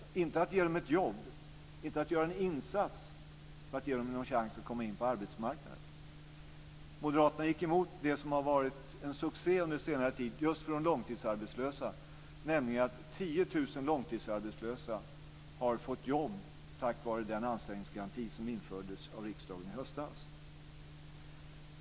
Det handlar inte om att ge dem ett jobb, och inte om att göra en insats för att ge dem en chans att komma in på arbetsmarknaden. Moderaterna gick emot det som har varit en succé under senare tid just för de långtidsarbetslösa. Tiotusen långtidsarbetslösa har fått jobb tack vare den anställningsgaranti som infördes av riksdagen i höstas.